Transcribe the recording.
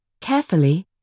Carefully